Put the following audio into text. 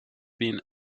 been